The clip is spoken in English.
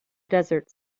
desert